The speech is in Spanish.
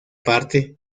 parte